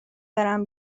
برم